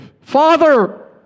Father